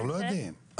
אנחנו לא יודעים.